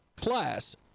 class